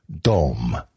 Dom